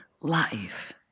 life